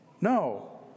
No